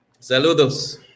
Saludos